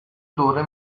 دوره